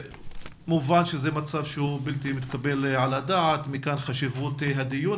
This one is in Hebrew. מובן שזה מצב שהוא בלתי מתקבל על הדעת ומכאן חשיבות הדיון